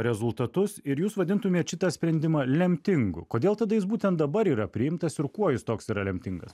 rezultatus ir jūs vadintumėt šitą sprendimą lemtingu kodėl tada jis būtent dabar yra priimtas ir kuo jis toks yra lemtingas